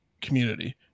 community